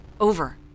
Over